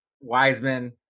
Wiseman